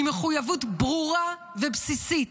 היא מחויבות ברורה ובסיסית,